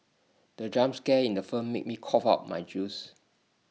the jump scare in the film made me cough out my juice